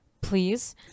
Please